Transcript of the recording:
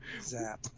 zap